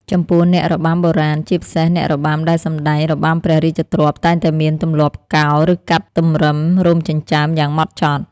ចំពោះអ្នករបាំបុរាណ ជាពិសេសអ្នករបាំដែលសម្ដែងរបាំព្រះរាជទ្រព្យ តែងតែមានទម្លាប់កោរ ឬកាត់តម្រឹមរោមចិញ្ចើមយ៉ាងហ្មត់ចត់។